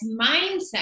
mindset